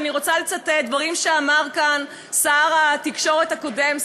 ואני רוצה לצטט דברים שאמר כאן שר התקשורת הקודם,